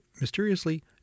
mysteriously